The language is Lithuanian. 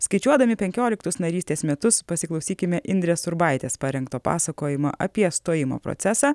skaičiuodami penkioliktus narystės metus pasiklausykime indrės urbaitės parengto pasakojimo apie stojimo procesą